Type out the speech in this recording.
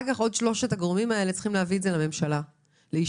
ושלושת הגורמים האלה צריכים להביא את זה לממשלה לאישור.